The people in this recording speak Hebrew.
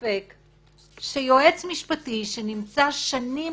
שיועץ משפטי שנמצא שנים